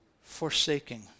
Forsaking